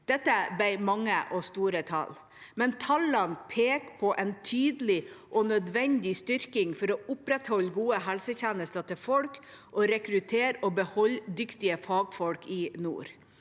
Dette ble mange og store tall, men tallene peker på en tydelig og nødvendig styrking for å opprettholde gode helsetjenester til folk og rekruttere og beholde dyktige fagfolk i